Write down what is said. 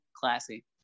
Classy